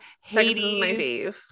Hades